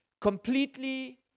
completely